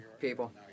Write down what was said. people